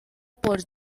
por